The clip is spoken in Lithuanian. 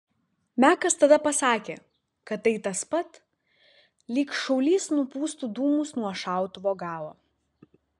mekas tada pasakė kad tai tas pat lyg šaulys nupūstų dūmus nuo šautuvo galo